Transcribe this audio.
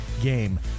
game